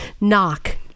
Knock